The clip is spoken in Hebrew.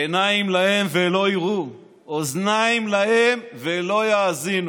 עיניים להם ולא יראו, אוזניים להם ולא יאזינו.